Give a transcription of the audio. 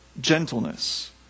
gentleness